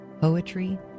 poetry